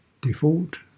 default